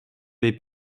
dei